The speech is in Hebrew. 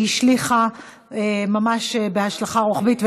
והשליכה ממש בהשלכה רוחבית,